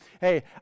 hey